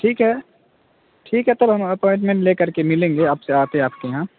ٹھیک ہے ٹھیک ہے تب ہم اپوائنمنٹ لے کر کے ملیں گے آپ سے آتے ہیں آپ کے یہاں